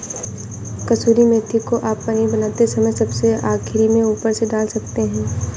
कसूरी मेथी को आप पनीर बनाते समय सबसे आखिरी में ऊपर से डाल सकते हैं